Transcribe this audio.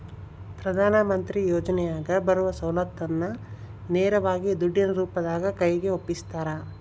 ಪ್ರಧಾನ ಮಂತ್ರಿ ಯೋಜನೆಯಾಗ ಬರುವ ಸೌಲತ್ತನ್ನ ನೇರವಾಗಿ ದುಡ್ಡಿನ ರೂಪದಾಗ ಕೈಗೆ ಒಪ್ಪಿಸ್ತಾರ?